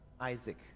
Isaac